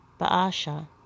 Baasha